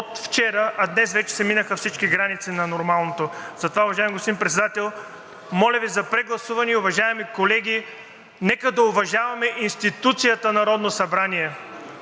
от вчера, а днес вече се минаха всички граници на нормалното. Затова, уважаеми господин Председател, моля Ви за прегласуване. Уважаеми колеги, нека да уважаваме институцията Народно събрание